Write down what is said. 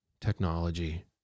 technology